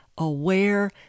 aware